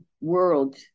world